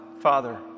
Father